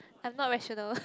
I'm not rational